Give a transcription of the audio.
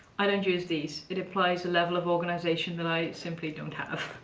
i don't use these. it applies the level of organisation that i simply don't have.